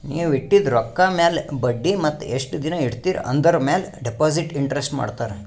ನೀವ್ ಇಟ್ಟಿದು ರೊಕ್ಕಾ ಮ್ಯಾಲ ಬಡ್ಡಿ ಮತ್ತ ಎಸ್ಟ್ ದಿನಾ ಇಡ್ತಿರಿ ಆಂದುರ್ ಮ್ಯಾಲ ಡೆಪೋಸಿಟ್ ಇಂಟ್ರೆಸ್ಟ್ ಮಾಡ್ತಾರ